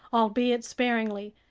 albeit sparingly.